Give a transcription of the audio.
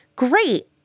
great